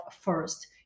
first